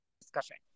discussion